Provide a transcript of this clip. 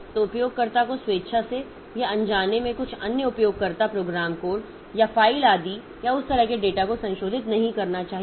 तो एक उपयोगकर्ता को स्वेच्छा से या अनजाने में कुछ अन्य उपयोगकर्ता प्रोग्राम कोड या फ़ाइल आदि या उस तरह के डेटा को संशोधित नहीं करना चाहिए